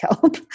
help